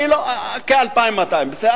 כ-2,200, בסדר?